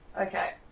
Okay